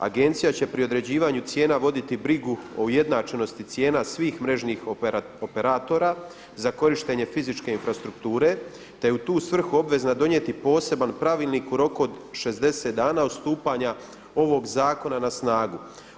Agencija će pri određivanju cijena voditi brigu o ujednačenosti cijena svih mrežnih operatora za korištenje fizičke infrastrukture, te je u tu svrhu obvezna donijeti poseban pravilnik u roku od 60 dana od stupanja ovog zakona na snagu.